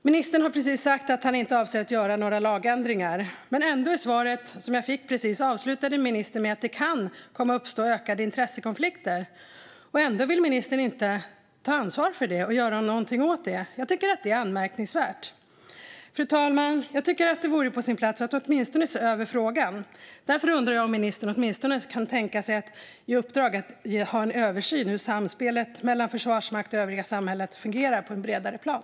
Ministern har precis sagt att han inte avser att göra några lagändringar. Men i svaret som jag precis fick avslutade ministern ändå med att säga att det kan komma att uppstå ökade intressekonflikter. Ändå vill ministern inte ta ansvar för det och göra någonting åt det. Jag tycker att det är anmärkningsvärt. Fru talman! Jag tycker att det vore på sin plats att åtminstone se över frågan. Därför undrar jag om ministern åtminstone kan tänka sig att ge i uppdrag att göra en översyn av hur samspelet mellan Försvarsmakten och övriga samhället fungerar på ett bredare plan.